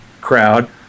crowd